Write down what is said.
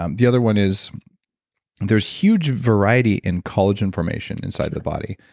um the other one is there's huge variety in collagen formation inside the body.